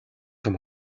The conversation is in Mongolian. том